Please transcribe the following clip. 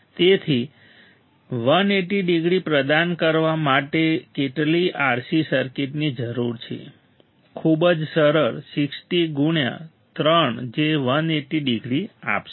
તેથી 180 ડિગ્રી પ્રદાન કરવા માટે કેટલી RC સર્કિટની જરૂર છે ખૂબ જ સરળ 60 ગુણ્યાં 3 જે 180 ડિગ્રી આપશે